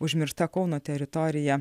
užmiršta kauno teritorija